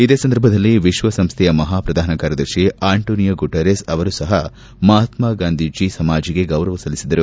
ಇದೇ ಸಂದರ್ಭದಲ್ಲಿ ವಿಶಸಂಸ್ಲೆಯ ಮಹಾ ಪ್ರಧಾನ ಕಾರ್ಯದರ್ತಿ ಆಂಟಾನಿಯೋ ಗುಟೆರಸ್ ಅವರು ಕೂಡ ಮಹಾತ್ಸಗಾಂಧಿ ಸಮಾಧಿಗೆ ಗೌರವ ಸಲ್ಲಿಸಿದರು